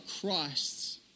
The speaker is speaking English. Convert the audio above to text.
Christ's